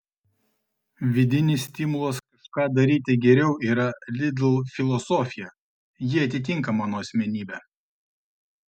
vidinis stimulas kažką daryti geriau yra lidl filosofija ji atitinka mano asmenybę